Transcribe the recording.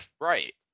right